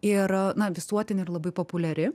ir na visuotinė ir labai populiari